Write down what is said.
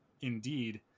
Indeed